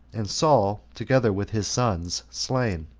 and saul, together with his sons, slain.